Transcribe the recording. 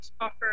offer